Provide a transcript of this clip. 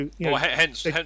Hence